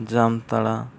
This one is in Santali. ᱡᱟᱢᱛᱟᱲᱟ